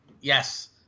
Yes